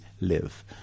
live